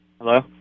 Hello